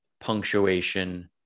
punctuation